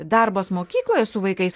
darbas mokykloje su vaikais